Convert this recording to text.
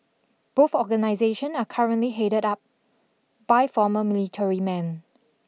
both organisation are currently headed up by former military men